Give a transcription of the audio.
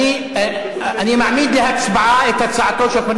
אני מעמיד להצבעה את הצעתו של חבר